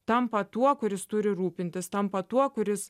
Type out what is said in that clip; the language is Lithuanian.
tampa tuo kuris turi rūpintis tampa tuo kuris